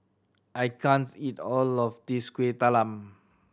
I can't eat all of this Kueh Talam